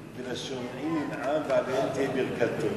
ולשומעים ינעם ועליהם תבוא ברכת טוב.